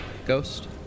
Ghost